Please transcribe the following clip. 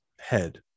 head